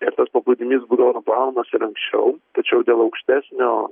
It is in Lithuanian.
ir tas paplūdimys būdavo nuplaunamas ir anksčiau tačiau dėl aukštesnio